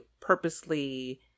purposely